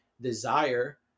desire